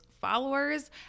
followers